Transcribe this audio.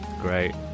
great